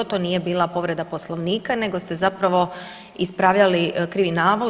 To nije bila povreda Poslovnika, nego ste zapravo ispravljali krivi navod.